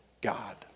God